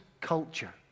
culture